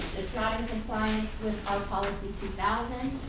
it's not in compliance with our policy two thousand.